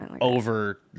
Over